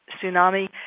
Tsunami